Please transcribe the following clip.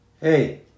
Hey